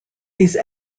these